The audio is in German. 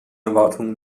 erwartungen